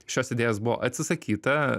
šios idėjos buvo atsisakyta